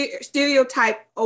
stereotype